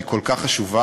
שהיא כל כך חשובה,